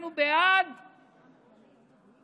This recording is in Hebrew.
אנחנו בעד